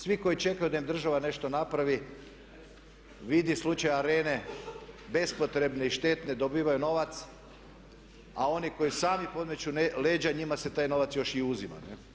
Svi koji čekaju da im država nešto napravi vidi slučaj Arene bespotrebne i štetne dobivaju novac, a oni koji sami podmeću leđa njima se taj novac još i uzima.